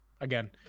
Again